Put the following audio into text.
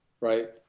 right